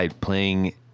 playing